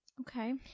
okay